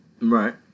Right